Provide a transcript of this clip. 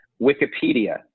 Wikipedia